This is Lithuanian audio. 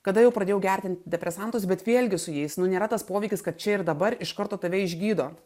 kada jau pradėjau gerti antidepresantus bet vėlgi su jais nu nėra tas poveikis kad čia ir dabar iš karto tave išgydo